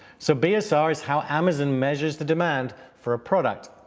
so bsr is how amazon measures the demand for a product.